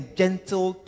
gentle